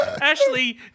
Ashley